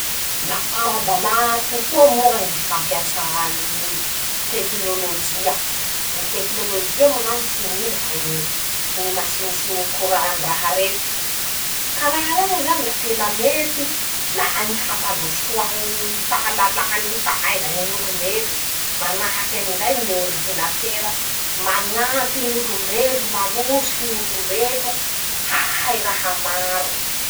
<...>La ara-dalà tokoa moa ñy fampiasàny ñy tekinôlôjia. ñy tekinôlôjia moa zany tsy ino fa ñy, ñy masinisiny koran ndraha reto; ka raha reñy zany la tena mety laha ñy ampandrosoa ñy fahalalany ñy fahaizany ñ'olombelo. Manahakin'izay ñy ôridinatera mañampy ñy olombelo, manosiky ñ'olombelo hahay raha maro.